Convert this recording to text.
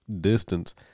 distance